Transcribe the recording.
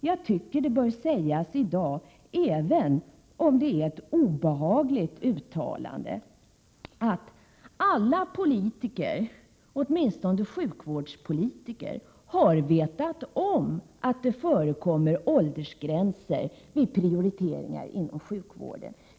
Jag tycker det bör sägas i dag — även om det är ett obehagligt uttalande — att alla politiker, åtminstone sjukvårdspolitiker, har vetat om att det förekommer åldersgränser vid prioriteringar inom sjukvården.